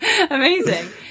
Amazing